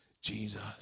Jesus